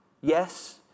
yes